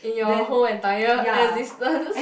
in your whole entire existence